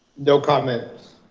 no comments.